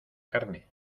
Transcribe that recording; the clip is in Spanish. carne